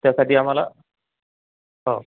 त्यासाठी आम्हाला हो